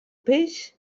peix